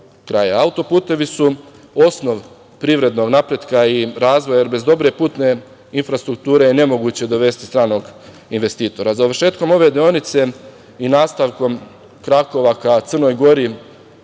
Auto putevi su osnov privrednog napretka i razvoja, jer bez dobre putne infrastrukture nemoguće je dovesti stranog investitora. Završetkom ove deonice i nastavkom krakova ka Crnoj Gori